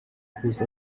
whose